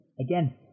again